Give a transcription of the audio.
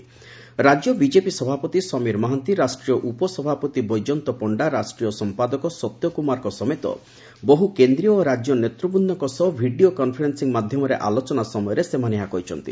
ରାକ୍ୟ ବିକେପି ସଭାପତି ସମୀର ମହାନ୍ତି ରାଷ୍ଟ୍ରୀୟ ଉପସଭାପତି ବୈଜୟନ୍ତ ପଣ୍ତା ରାଷ୍ଟ୍ରୀୟ ସଂପାଦକ ସତ୍ୟ କୁମାରଙ୍କ ସମେତ ବହୁ କେନ୍ଦ୍ରୀୟ ଓ ରାଜ୍ୟ ନେତୁବୂନ୍ଦଙ୍କ ସହ ଭିଡିଓ କନଫରେନ୍ବ ମାଧ୍ଧମରେ ଆଲୋଚନା ସମୟରେ ସେମାନେ ଏହା କହିଛନ୍ତି